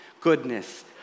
goodness